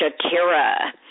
Shakira